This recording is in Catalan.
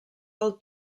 del